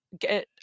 get